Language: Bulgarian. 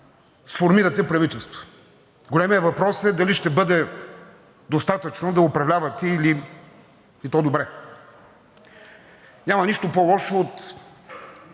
сформирате правителство. Големият въпрос е дали ще бъде достатъчно да управлявате, и то добре. Няма нищо по-лошо от